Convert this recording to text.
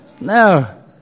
No